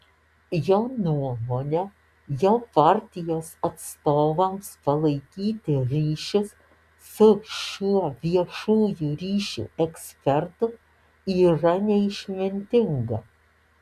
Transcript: jo nuomone jo partijos atstovams palaikyti ryšius su šiuo viešųjų ryšių ekspertu yra neišmintinga